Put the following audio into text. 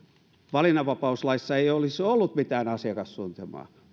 valinnanvapauslaissa ei olisi ollut mitään asiakassuunnitelmaa